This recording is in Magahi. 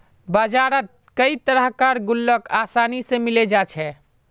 बजारत कई तरह कार गुल्लक आसानी से मिले जा छे